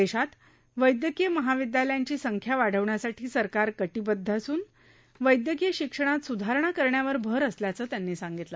देशात वैद्यकीय महाविद्यालयांची संख्या वाढवण्यासाठी सरकार कटिबद्ध असून वैद्यकीय शिक्षणात सुधारणा करण्यावर भर असल्याचं त्यांनी सांगितलं